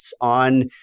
on